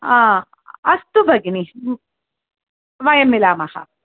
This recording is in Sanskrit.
हा अस्तु भगिनि वयं मिलामः